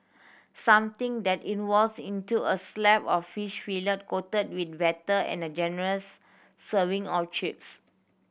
something that involves into a slab of fish fillet coated with batter and a generous serving of chips